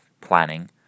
planning